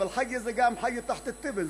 אבל חיֶה זה גם חיֶה תחת אל-תבן.